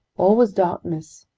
all was darkness,